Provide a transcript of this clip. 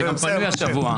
אתה גם פנוי השבוע.